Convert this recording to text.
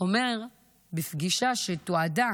אומר בפגישה שתועדה